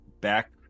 back